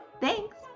thanks